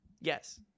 Yes